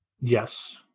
Yes